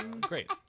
great